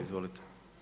Izvolite.